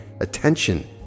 attention